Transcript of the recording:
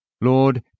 Lord